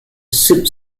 soup